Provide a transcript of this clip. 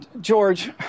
George